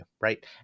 right